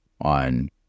on